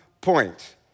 point